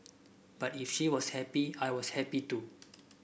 but if she was happy I was happy too